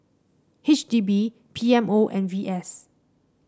H D B P M O and V S